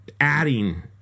adding